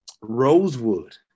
Rosewood